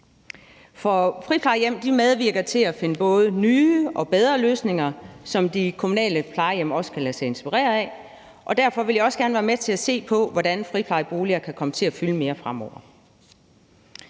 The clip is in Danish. For friplejehjem medvirker til, at der findes både nye og bedre løsninger, som de kommunale plejehjem også kan lade sig inspirere af, og derfor vil jeg også gerne være med til at se på, hvordan friplejeboliger kan komme til at fylde mere fremover.